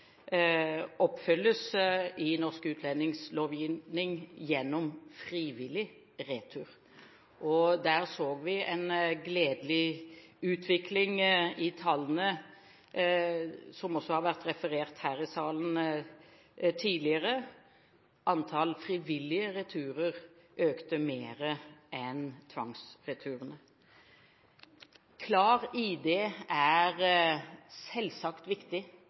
i norsk utlendingslovgivning oppfylles gjennom frivillig retur. Der så vi en gledelig utvikling i tallene, som også har vært referert her i salen tidligere: Antall frivillige returer økte mer enn antall tvangsreturer. Klar ID er selvsagt viktig.